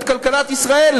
את כלכלת ישראל.